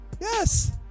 Yes